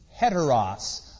heteros